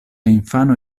infano